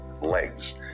legs